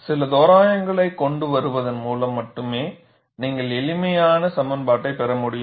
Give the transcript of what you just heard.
சில தோராயங்களைக் கொண்டுவருவதன் மூலம் மட்டுமே நீங்கள் எளிமையான சமன்பாட்டைப் பெற முடியும்